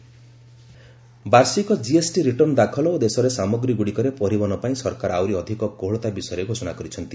GST return relaxation ବାର୍ଷିକ GST return ଦାଖଲ ଓ ଦେଶରେ ସାମଗ୍ରୀ ଗୁଡ଼ିକରେ ପରିବହନ ପାଇଁ ସରକାର ଆହୁରି ଅଧିକ କୋହଳତା ବିଷୟରେ ଘୋଷଣା କରିଛନ୍ତି